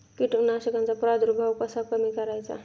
कीटकांचा प्रादुर्भाव कसा कमी करायचा?